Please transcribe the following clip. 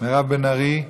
מירב בן ארי,